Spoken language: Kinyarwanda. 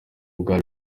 bwa